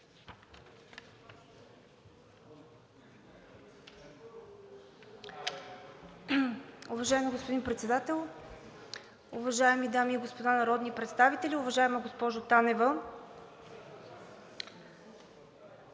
Уважаеми господин Председател, уважаеми дами и господа народни представители, уважаеми господин Цонев!